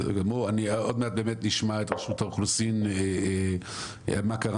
עוד מעט נשמע את רשות האוכלוסין מה קרה